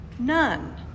None